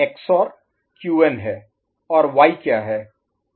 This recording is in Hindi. और Y क्या है